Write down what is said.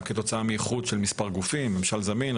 כתוצאה מאיחוד של מספר גופים: ממשל זמין,